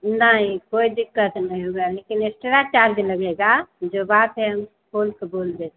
नहीं कोई दिक्कत नहीं होगा लेकिन एक्स्ट्रा चार्ज लगेगा जो बात है खोलकर बोल देते